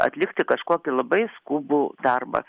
atlikti kažkokį labai skubų darbą